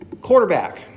quarterback